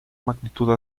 magnitud